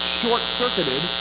short-circuited